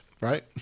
right